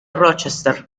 rochester